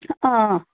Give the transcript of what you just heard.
অ